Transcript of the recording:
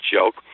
joke